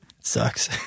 sucks